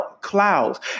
clouds